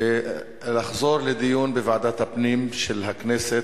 ולחזור לדיון בוועדת הפנים של הכנסת,